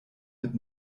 mit